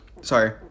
Sorry